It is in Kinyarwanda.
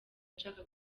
nshaka